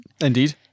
Indeed